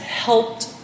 helped